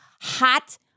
hot